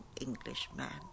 Englishman